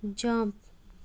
jump